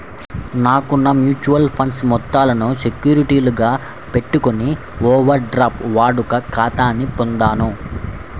నాకున్న mutual funds మొత్తాలను సెక్యూరిటీలుగా పెట్టుకొని ఓవర్ డ్రాఫ్ట్ వాడుక ఖాతాని పొందాను